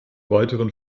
weiteren